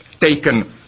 taken